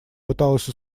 пыталась